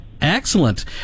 Excellent